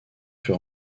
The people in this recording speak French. fut